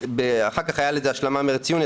אחר כך הייתה לזה השלמה מרץ-יוני,